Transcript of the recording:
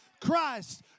Christ